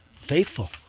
faithful